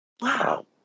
Wow